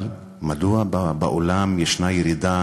אבל מדוע בעולם יש ירידה